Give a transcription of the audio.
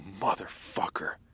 motherfucker